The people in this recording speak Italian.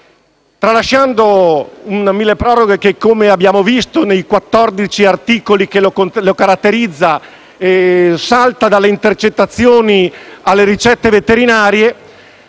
tralasciando un milleproroghe che, come abbiamo visto, nei 14 articoli che lo caratterizzano salta dalle intercettazioni alle ricette veterinarie,